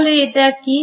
তাহলে এটা কি